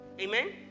amen